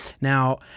Now